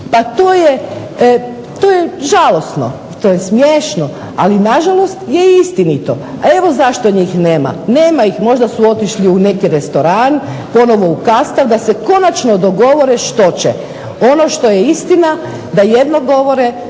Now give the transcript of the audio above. Pa to je žalosno, to je smiješno, ali je nažalost istinito. A evo zašto njih nema? Nema ih možda su otišli u neki restoran, ponovno u … da se konačno dogovore što će. Ono što je istina da jedno govore,